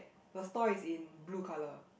the store is in blue colour